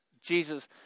Jesus